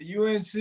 UNC